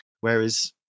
whereas